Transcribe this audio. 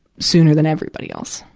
sooner than everybody else.